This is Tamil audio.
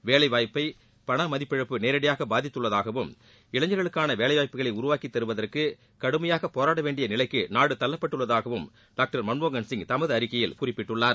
வேலை வாய்ப்பை பணமதிப்பிழப்பு நேரடியாக பாதித்துள்ளதாகவும் இளைஞர்களுக்கான வேலை வாய்ப்புகளை உருவாக்கி தருவதற்கு கடுமையாக போராடவேண்டிய நிலைக்கு நாடு தள்ளப்பட்டுள்ளதாகவும் டாக்டர் மன்மோகன் சிங் தமது அறிக்கையில் குறிப்பிட்டுள்ளார்